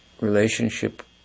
relationship